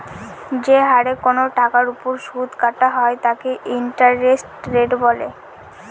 যে হারে কোনো টাকার ওপর সুদ কাটা হয় তাকে ইন্টারেস্ট রেট বলে